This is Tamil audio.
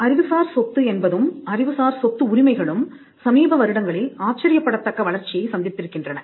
அறிவுசார் சொத்து என்பதும் அறிவுசார் சொத்து உரிமைகளும் சமீப வருடங்களில் ஆச்சரியப்படத்தக்க வளர்ச்சியை சந்தித்திருக்கின்றன